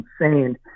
insane